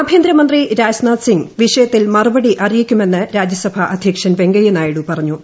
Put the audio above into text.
ആഭ്യന്തരമന്ത്രി രാജ്നാഥ് സിംഗ് വിഷയത്തിൽ മറുപടി അറിയിക്കുമെന്ന് രാജ്യസഭാ അധ്യക്ഷൻ വെങ്കയ്യ നായിഡു പറഞ്ഞു